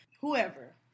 Whoever